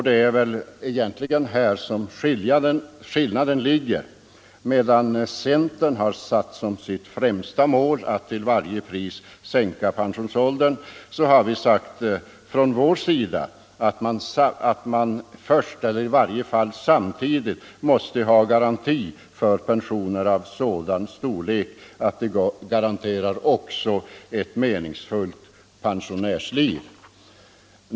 Det är väl egentligen här skillnaden ligger. Medan centern har satt som sitt främsta mål att till varje pris sänka pensionsåldern, har vi sagt att man först, eller åtminstone samtidigt, måste ha garanti för pensioner av sådan storlek att de möjliggör ett meningsfullt pensionärsliv.